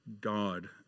God